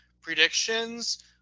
predictions